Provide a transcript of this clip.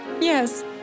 Yes